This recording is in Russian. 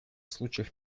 случаях